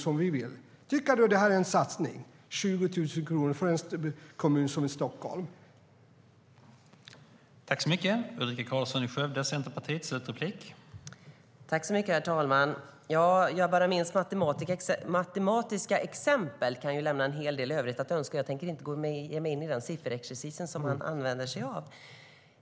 Är det då en satsning att anslå 20 000 kronor för en kommun som Stockholm?